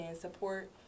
support